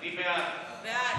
מי בעד?